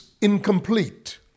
incomplete